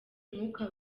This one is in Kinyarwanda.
umwuka